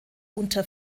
unter